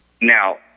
Now